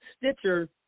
Stitcher